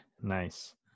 Nice